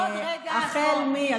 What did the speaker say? עוד רגע את פה.